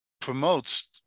promotes